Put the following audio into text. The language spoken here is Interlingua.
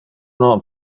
non